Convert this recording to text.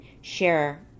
share